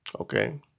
Okay